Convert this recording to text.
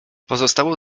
pozostało